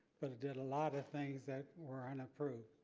but it did a lot of things that were unapproved.